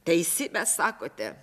teisibę sakote